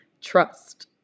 trust